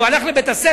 הוא הלך לבית-הספר,